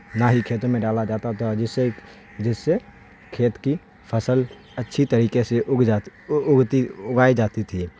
نہ ہی کھیتوں میں ڈالا جاتا تھا جس سے جس سے کھیت کی فصل اچھی طریقے سے اگ جاتی اگتی اگائی جاتی تھی